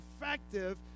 effective